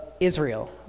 Israel